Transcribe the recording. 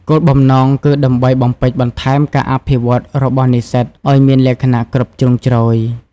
គោលបំណងគឺដើម្បីបំពេញបន្ថែមការអភិវឌ្ឍន៍របស់និស្សិតឱ្យមានលក្ខណៈគ្រប់ជ្រុងជ្រោយ។